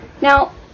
now